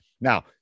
Now